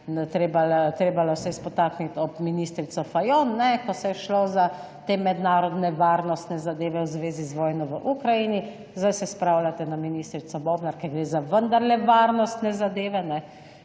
treba se je spotakniti ob ministrico Fajon, ne, ko se je šlo za te mednarodne varnostne zadeve v zvezi z vojno v Ukrajini, zdaj se spravljate na ministrico Bobnar, ker gre za vendarle varnostne zadeve,